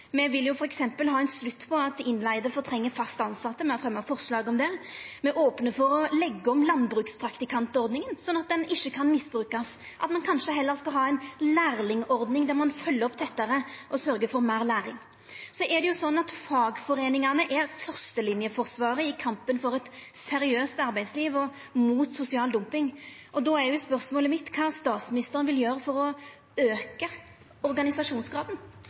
Me vil f.eks. ha ein slutt på at innleigde fortrengjer fast tilsette, me har fremja forslag om det. Me er opne for å leggja om landbrukspraktikantordninga slik at ho ikkje kan misbrukast, at ein kanskje heller skal ha ei lærlingordning, der ein følgjer opp tettare og sørgjer for meir læring. Fagforeiningane er førstelinjeforsvaret i kampen for eit seriøst arbeidsliv og mot sosial dumping, og då er spørsmålet mitt: Kva vil statsministeren gjera for å auka organisasjonsgraden?